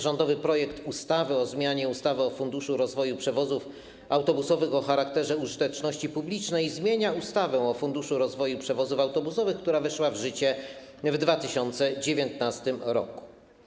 Rządowy projekt ustawy o zmianie ustawy o Funduszu rozwoju przewozów autobusowych o charakterze użyteczności publicznej zmienia ustawę o funduszu rozwoju przewozów autobusowych, która weszła w życie w 2019 r.